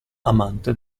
amante